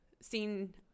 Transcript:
seen